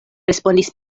respondis